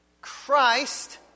Christ